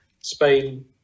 Spain